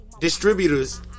distributors